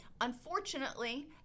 unfortunately